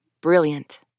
Brilliant